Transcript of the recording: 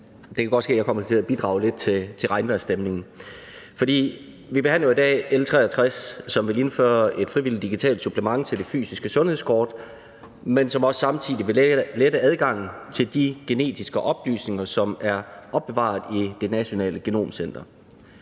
det kan godt være, at jeg kommer til at bidrage lidt til regnvejrsstemningen. Vi behandler jo i dag L 63, som vil indføre et frivilligt digitalt supplement til det fysiske sundhedskort, og som også samtidig vil lette adgangen til de genetiske oplysninger, som er opbevaret i Nationalt Genom Center.